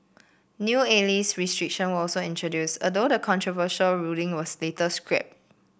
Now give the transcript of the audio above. new ageist restriction were also introduced although the controversial ruling was later scrapped